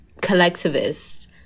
collectivist